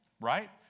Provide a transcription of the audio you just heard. right